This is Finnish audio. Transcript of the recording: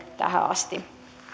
tähän asti